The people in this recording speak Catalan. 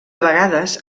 vegades